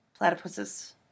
Platypuses